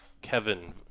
Kevin